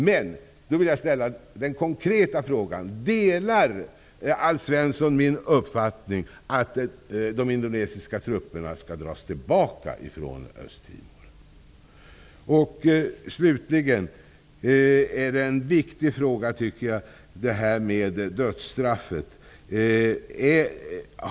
Men, då undrar jag: Delar Alf Svensson min uppfattning att de indonesiska trupperna skall dras tillbaka från Östtimor? Slutligen: Frågan om dödsstraff är också viktig.